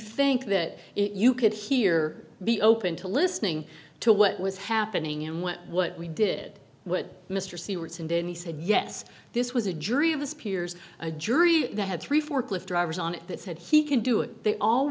think that you could hear be open to listening to what was happening and what what we did what mr seawards and then he said yes this was a jury of his peers a jury that had three forklift drivers on it that said he can do it they all